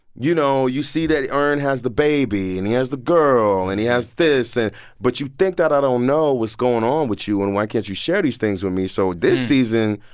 you know, you see that earn has the baby. and he has the girl. and he has this and but you think that i don't know what's going on with you, and why can't you share these things with me? so this season,